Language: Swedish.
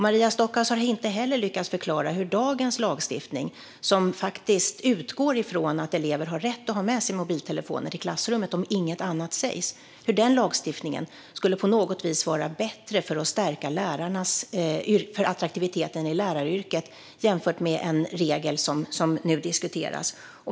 Maria Stockhaus har heller inte lyckats förklara hur dagens lagstiftning, som faktiskt utgår från att elever har rätt att ha med sig mobiltelefoner till klassrummet om inget annat sägs, på något vis skulle vara bättre för att stärka attraktiviteten i läraryrket jämfört med den regel som nu diskuteras.